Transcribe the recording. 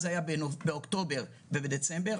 אז היה באוקטובר ובדצמבר,